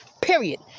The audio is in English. Period